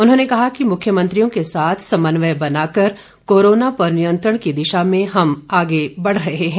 उन्होंने कहा कि मुख्यमंत्री के साथ समन्वय बनाकर कोरोना पर नियंत्रण की दिशा में हम आगे बढ़ रहे हैं